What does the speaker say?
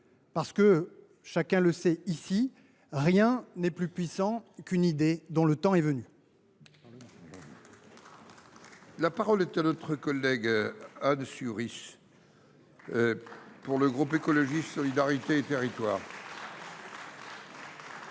aspire. Chacun le sait ici, rien n’est plus puissant qu’une idée dont le temps est venu. La parole est à Mme Anne Souyris, pour le groupe Écologiste – Solidarité et Territoires.